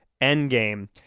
Endgame